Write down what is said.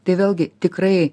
tai vėlgi tikrai